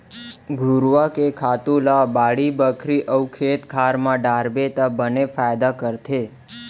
घुरूवा के खातू ल बाड़ी बखरी अउ खेत खार म डारबे त बने फायदा करथे